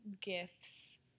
gifts